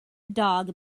dog